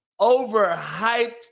overhyped